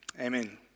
amen